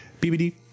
bbd